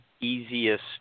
easiest